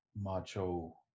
macho